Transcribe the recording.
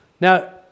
Now